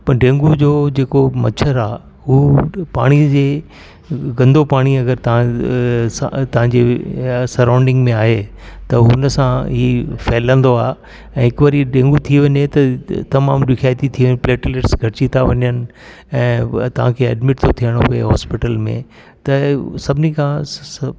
पर डेंगू जो जेको मच्छर आहे हू पाणी जे गंदो पाणी अगरि तव्हां तव्हांजी सराउंडिंग में आहे त हुन सां इहा फैलंदो आहे ऐं हिकु वारी डेंगू थी वञे त तमामु ॾुखियाती थिए प्लेटलेट्स घटजी था वञनि ऐं बि तव्हांखे एडमिट थो थियणो पए हॉस्पिटल में त सभिनी खां